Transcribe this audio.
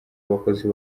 abakozi